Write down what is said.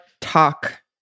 talk